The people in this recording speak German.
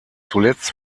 zuletzt